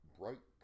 bright